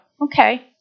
Okay